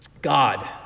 God